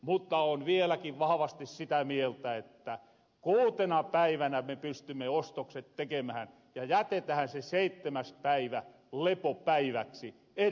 mutta oon vieläkin vahvasti sitä mieltä että kuutena päivänä me pystymme ostokset tekemähän ja jätetähän se seittemäs päivä lepopäiväksi eri merkeissä